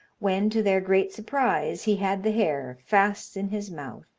when, to their great surprise, he had the hare fast in his mouth,